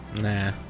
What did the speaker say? Nah